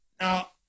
Now